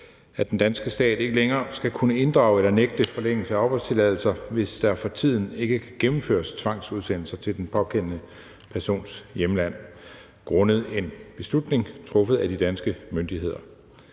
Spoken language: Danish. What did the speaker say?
at den danske stat ikke længere skal kunne inddrage eller nægte forlængelse af opholdstilladelser, hvis der for tiden ikke kan gennemføres tvangsudsendelser til den pågældende persons hjemland grundet en beslutning truffet af de danske myndigheder.